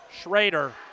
Schrader